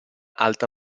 alta